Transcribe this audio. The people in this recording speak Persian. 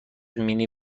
مینی